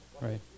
Right